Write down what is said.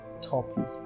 topic